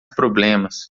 problemas